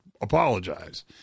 apologize